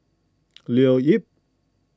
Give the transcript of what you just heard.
Leo Yip